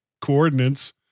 coordinates